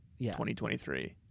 2023